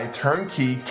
turnkey